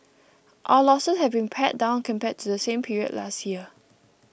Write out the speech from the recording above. our losses have been pared down compared to same period last year